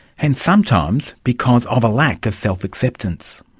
and sometimes because of a lack of self-acceptance.